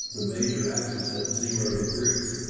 the major axis at zero degrees.